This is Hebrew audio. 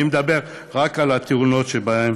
אני מדבר רק על התאונות שבהן